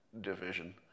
division